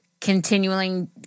continuing